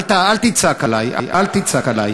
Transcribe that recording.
אל תצעק עלי, אל תצעק עלי.